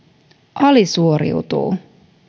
alisuoriutuu